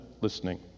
listening